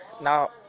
Now